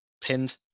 pinned